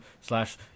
slash